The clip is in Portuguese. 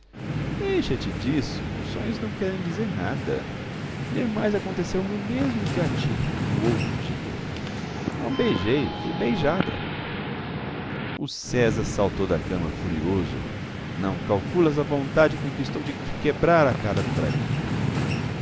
deixa-te disso os sonhos não querem dizer nada demais aconteceu-me o mesmo que a ti o outro dia não beijei fui beijada o césar saltou da cama furioso não calculas a vontade com que estou de quebrar a cara do braguinha